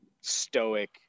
stoic